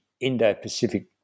Indo-Pacific